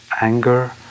Anger